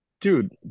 Dude